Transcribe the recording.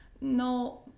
no